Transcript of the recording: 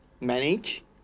manage